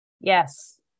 Yes